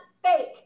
fake